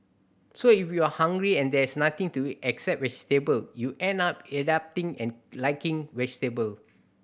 so if you are hungry and there is nothing to except vegetable you end up adapting and liking vegetable